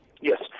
Yes